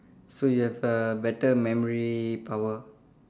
so you have uh better memory power